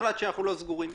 הוחלט שאנחנו לא סגורים.